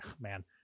man